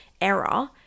error